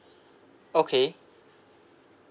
okay